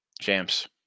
Champs